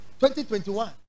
2021